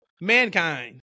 Mankind